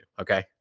Okay